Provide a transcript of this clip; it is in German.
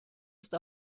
ist